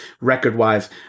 record-wise